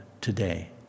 today